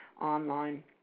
online